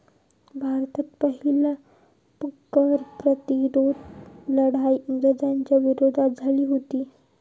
भारतात पहिली कर प्रतिरोध लढाई इंग्रजांच्या विरोधात झाली हुती